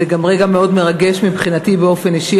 זה גם רגע מאוד מרגש מבחינתי באופן אישי,